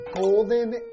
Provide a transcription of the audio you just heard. golden